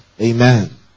Amen